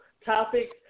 Topics